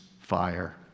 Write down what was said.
fire